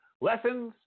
Lessons